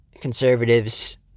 conservatives